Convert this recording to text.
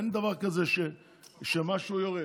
אין דבר כזה שמשהו יורד.